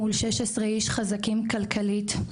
מול 16 איש חזקים כלכלית,